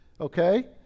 okay